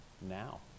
now